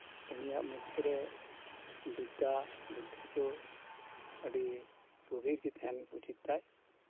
ᱩᱱᱤ ᱢᱚᱫᱽᱫᱷᱮ ᱨᱮ ᱵᱤᱫᱽᱫᱫᱟ ᱵᱩᱫᱽᱫᱷᱤ ᱠᱚ ᱟᱹᱰᱤ ᱜᱚᱵᱷᱤᱨ ᱵᱷᱟᱵᱮ ᱛᱟᱸᱦᱮᱱ ᱞᱟᱹᱠᱛᱤ ᱛᱟᱭ